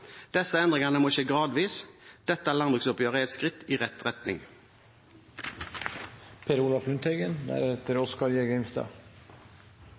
Disse endringene må skje gradvis. Dette landbruksoppgjøret er et skritt i rett retning.